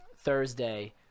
thursday